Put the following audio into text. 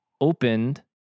opened